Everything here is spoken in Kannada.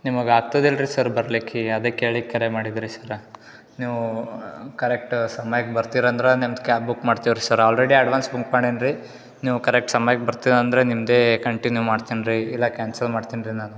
ನಿಮಗೆ ಆಗ್ತದಾ ಇಲ್ಲರಿ ಸರ್ ಬರಲಿಕ್ಕೀಗ ಅದಕ್ಕೆ ಕೇಳ್ಲಿಕ್ಕೆ ಕರೆ ಮಾಡಿದೆ ರಿ ಸರ ನೀವು ಕರೆಕ್ಟ್ ಸಮಯಕ್ಕೆ ಬರ್ತೀರಂದ್ರೆ ನಿಮ್ದು ಕ್ಯಾಬ್ ಬುಕ್ ಮಾಡ್ತೀವಿ ಸರ ಆಲ್ರೆಡಿ ಅಡ್ವಾನ್ಸ್ ಬುಕ್ ಮಾಡಿನಿ ರೀ ನೀವು ಕರೆಕ್ಟ್ ಸಮಯಕ್ಕೆ ಬರ್ತೀರಂದರೆ ನಿಮ್ಮದೆ ಕಂಟಿನ್ಯೂ ಮಾಡ್ತೇನೆ ರೀ ಇಲ್ಲ ಕ್ಯಾನ್ಸಲ್ ಮಾಡ್ತೀನಿ ರೀ ನಾನು